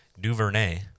Duvernay